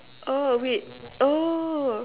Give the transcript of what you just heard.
oh wait oh